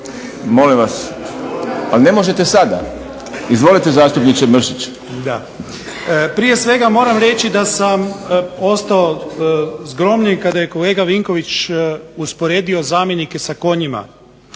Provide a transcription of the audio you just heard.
Molim vas. Pa ne možete sada. Izvolite zastupniče Mršić. **Mršić, Zvonimir (SDP)** Prije svega moram reći da sam ostao zgromljen kada je kolega Vinković usporedio zamjenike sa konjima,